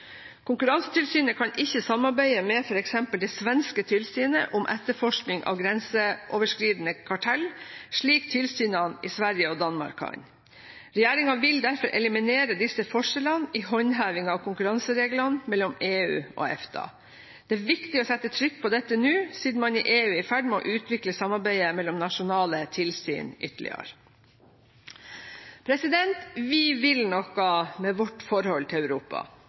Konkurransetilsynet kan ikke samarbeide med f.eks. det svenske tilsynet om etterforskning av grenseoverskridende kartell, slik tilsynene i Sverige og Danmark kan. Regjeringen vil derfor eliminere disse forskjellene i håndhevingen av konkurransereglene mellom EU og EFTA. Det er viktig å sette trykk på dette nå, siden man i EU er i ferd med å utvikle samarbeidet mellom nasjonale tilsyn ytterligere. Vi vil noe med vårt forhold til Europa.